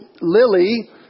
Lily